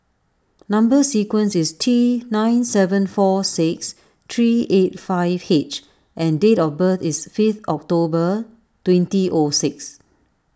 Number Sequence is T nine seven four six three eight five H and date of birth is fifth October twenty O six